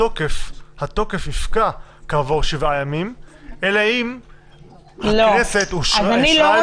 התוקף יפקע כעבור 7 ימים אלא אם הכנסת אישרה